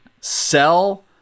sell